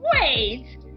wait